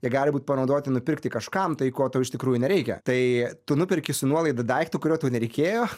jie gali būt panaudoti nupirkti kažkam tai ko tau iš tikrųjų nereikia tai tu nuperki su nuolaida daiktą kurio tau nereikėjo